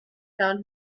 found